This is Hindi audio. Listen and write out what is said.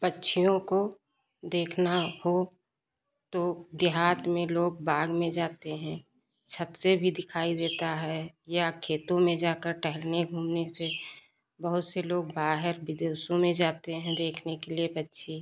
पक्षियों को देखना हो तो देहात में लोग बाग में जाते हैं छत से भी दिखाई देता है या खेतों में जाकर टहलने घूमने से बहुत से लोग बाहर विदेशों में जाते हैं देखने के लिए पक्षी